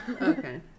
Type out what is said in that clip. Okay